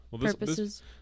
purposes